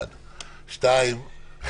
שנית,